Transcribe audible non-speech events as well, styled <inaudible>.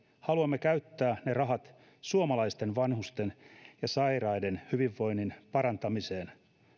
haluamme käyttää ne rahat suomalaisten vanhusten <unintelligible> <unintelligible> <unintelligible> ja sairaiden hyvinvoinnin parantamiseen